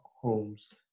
homes